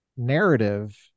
narrative